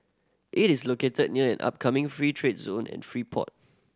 it is located near an upcoming free trade zone and free port